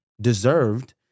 deserved